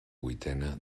vuitena